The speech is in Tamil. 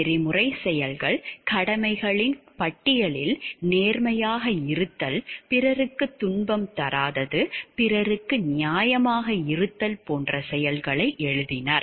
நெறிமுறைச் செயல்கள் கடமைகளின் பட்டியலில் நேர்மையாக இருத்தல் பிறருக்கு துன்பம் தராதது பிறருக்கு நியாயமாக இருத்தல் போன்ற செயல்களை எழுதினார்